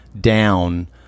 down